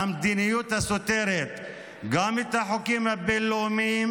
המדיניות הסותרת גם את החוקים הבין-לאומיים,